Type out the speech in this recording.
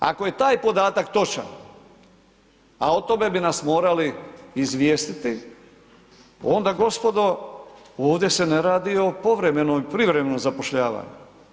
Ako je taj podatak točan, a o tome bi nas morali izvijestiti, onda gospodo, ovdje se ne radi o povremeno, privremenom zapošljavanju.